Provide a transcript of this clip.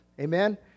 amen